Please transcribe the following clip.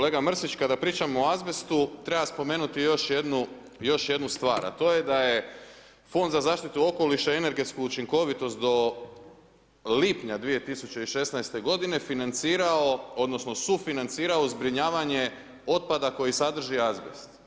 Kolega Mrsić kada pričamo o azbestu treba spomenuti još jednu stvar, a to je da je Fond za zaštitu okoliša i energetsku učinkovitost do lipnja 2016. godine financirao odnosno sufinancirao zbrinjavanje otpada koji sadrži azbest.